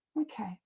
okay